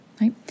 right